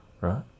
right